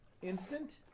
Instant